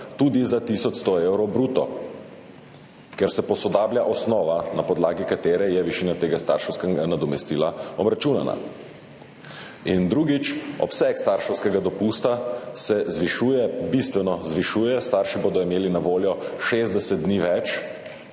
tudi za 1100 evrov bruto, ker se posodablja osnova, na podlagi katere je obračunana višina tega starševskega nadomestila. In drugič. Obseg starševskega dopusta se bistveno zvišuje. Starši bodo imeli na voljo 60 dni več,